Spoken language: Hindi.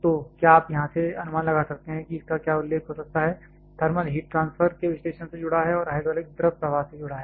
तो क्या आप यहां से अनुमान लगा सकते हैं कि इसका क्या उल्लेख हो सकता है थर्मल हीट ट्रांसफर के विश्लेषण से जुड़ा है और हाइड्रोलिक्स द्रव प्रवाह से जुड़ा है